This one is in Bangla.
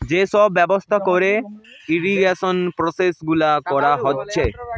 যে সব ব্যবস্থা কোরে ইরিগেশন প্রসেস গুলা কোরা হচ্ছে